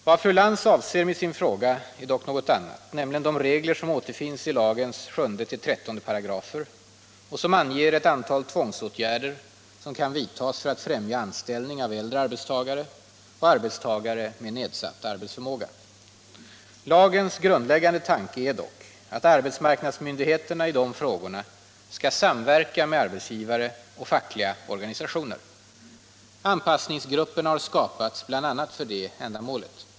Vad fru Lantz avser med sin fråga är dock något annat; nämligen de regler som återfinns i lagens 7-13 §§ och som anger ett antal tvångsåtgärder som kan vidtas för att främja anställning av äldre arbetstagare och arbetstagare med nedsatt arbetsförmåga. Lagens grundläggande tanke är dock att arbetsmarknadsmyndigheterna i dessa frågor skall samverka med arbetsgivare och fackliga organisationer. Anpassningsgrupperna har skapats bl.a. för detta ändamål.